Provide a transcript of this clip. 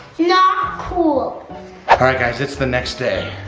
not cool! all right guys, it's the next day.